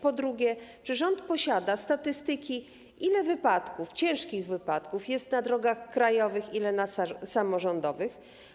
Po drugie, czy rząd posiada statystyki, ile ciężkich wypadków jest na drogach krajowych, ile na samorządowych?